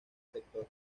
sector